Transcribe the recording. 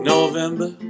November